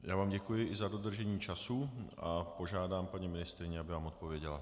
Já vám děkuji i za dodržení času a požádám paní ministryni, aby vám odpověděla.